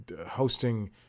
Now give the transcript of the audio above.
hosting